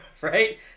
right